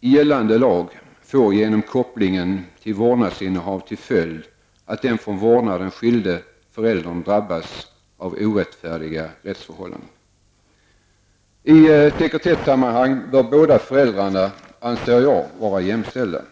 i gällande lag får genom kopplingen till vårdnadsinnehav till följd att den från vårdnaden skilde föräldern drabbas av orättfärdiga rättsförhållanden. I sekretessammanhang bör båda föräldrarna, anser jag, vara jämställda.